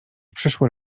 przyszłe